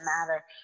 matter